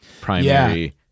primary